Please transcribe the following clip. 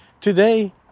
Today